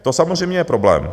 To samozřejmě je problém.